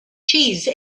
cheese